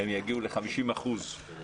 יגיעו ל-50 אחוזים